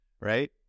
right